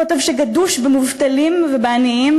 קוטב שגדוש במובטלים ובעניים,